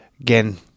Again